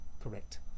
Correct